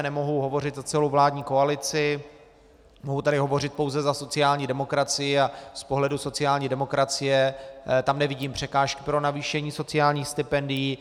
Nemohu zde hovořit za celou vládní koalici, mohu tady hovořit pouze za sociální demokracii a z pohledu sociální demokracie tam nevidím překážky pro navýšení sociálních stipendií.